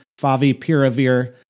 Favipiravir